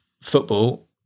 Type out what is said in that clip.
football